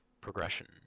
progression